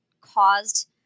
caused